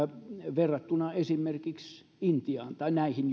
verrattuna esimerkiksi intiaan tai näihin